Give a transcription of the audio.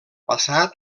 passat